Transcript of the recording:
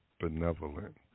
benevolent